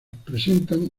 presentan